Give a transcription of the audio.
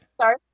sorry